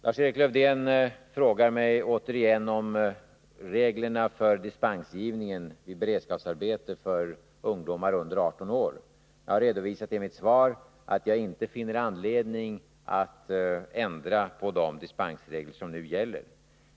Lars-Erik Lövdén frågar mig återigen om reglerna för dispensgivningen i beredskapsarbete för ungdomar under 18 år. Jag har redovisat i mitt svar att jag inte finner anledning att ändra på de dispensregler som nu gäller.